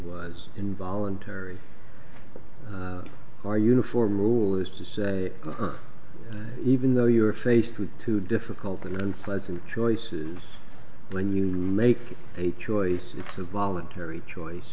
was involuntary or uniform rule is to say even though you are faced with two difficult and unpleasant choices when you make a choice it's a voluntary choice